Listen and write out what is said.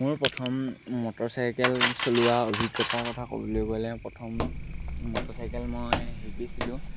মোৰ প্ৰথম মটৰচাইকেল চলোৱা অভিজ্ঞতাৰ কথা ক'বলৈ গ'লে প্ৰথম মটৰচাইকেল মই শিকিছিলোঁ